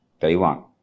Taiwan